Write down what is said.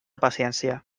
paciència